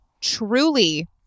truly